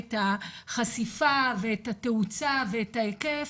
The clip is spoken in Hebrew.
את החשיפה ואת התאוצה ואת ההיקף,